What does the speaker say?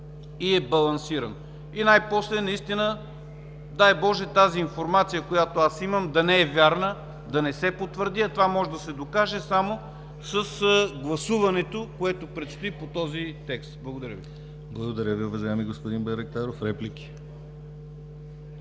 и балансиран. И най-после, наистина дай Боже, тази информация, която аз имам, да не е вярна, да не се потвърди, а това може да се докаже само с гласуването, което предстои по този текст. Благодаря Ви. ПРЕДСЕДАТЕЛ ДИМИТЪР ГЛАВЧЕВ: Благодаря Ви, уважаеми господин Байрактаров. Реплики?